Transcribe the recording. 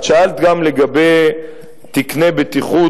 את שאלת גם לגבי תקני בטיחות,